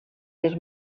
les